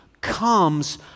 comes